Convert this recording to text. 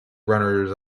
runners